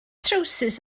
trywsus